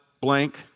blank